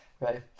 right